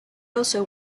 also